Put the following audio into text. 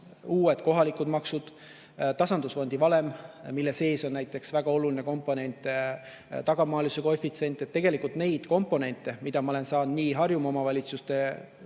uued kohalikud maksud ja tasandusfondi valem, mille sees on näiteks väga oluline komponent tagamaalisuse koefitsient. Tegelikult neid komponente, mida ma olen saanud arutada nii Harjumaa omavalitsuste juhtidega